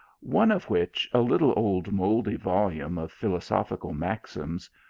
one of which, a little old mouldy volume of philo sophical maxims,